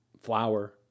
flour